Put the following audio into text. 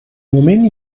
moment